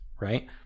right